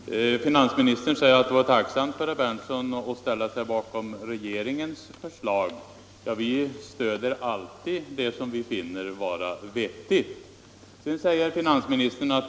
Herr talman! Finansministern säger att det är tacksamt för mig att ställa upp bakom regeringens förslag, och då vill jag framhålla att vi alltid stöder det som vi finner vara vettigt. Vidare menar finansministern att